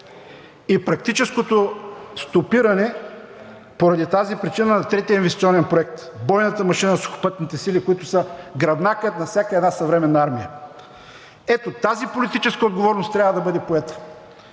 и практическото стопиране поради тази причина на третия инвестиционен проект – бойната машина на сухопътните сили, които са гръбнакът на всяка една съвременна армия. Ето тази политическа отговорност трябва да бъде поета